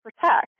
protect